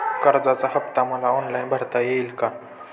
कर्जाचा हफ्ता मला ऑनलाईन भरता येईल का?